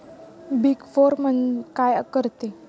Big four काय करते?